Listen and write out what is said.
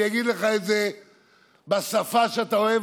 אני אגיד לך את זה בשפה שאתה אוהב,